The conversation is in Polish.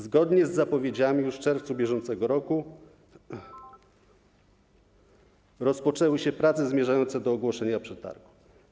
Zgodnie z zapowiedziami już w czerwcu br. rozpoczęły się prace zmierzające do ogłoszenia przetargu.